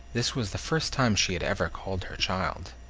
this was the first time she had ever called her child.